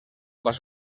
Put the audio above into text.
pas